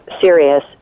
serious